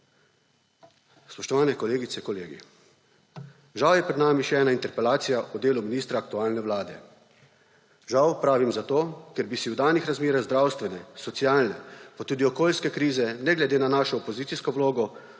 Spoštovane kolegice in kolegi, žal je pred nami še ena interpelacija o delu ministra aktualne vlade. Žal pravim zato, ker bi si v danih razmerah zdravstvene, socialne pa tudi okolijske krize, ne glede na našo opozicijsko vlogo,